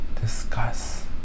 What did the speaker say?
discuss